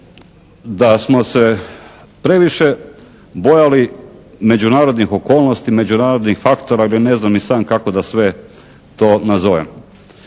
da smo se previše bojali međunarodnih okolnosti, međunarodnih faktora, ne znam ni sam kako da sve to nazovem.